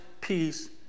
peace